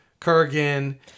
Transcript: Kurgan